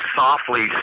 softly